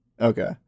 Okay